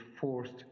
forced